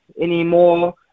anymore